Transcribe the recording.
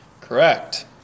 correct